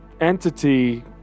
Entity